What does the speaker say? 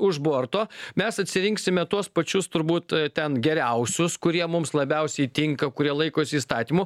už borto mes atsirinksime tuos pačius turbūt ten geriausius kurie mums labiausiai tinka kurie laikosi įstatymų